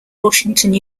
washington